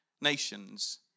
nations